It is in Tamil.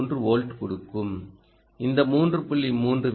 3 வோல்ட் கொடுக்கும் இந்த 3